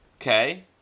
Okay